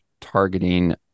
targeting